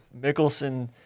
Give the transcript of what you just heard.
Mickelson